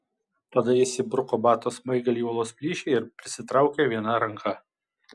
tada jis įbruko bato smaigalį į uolos plyšį ir prisitraukė viena ranka